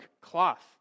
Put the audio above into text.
cloth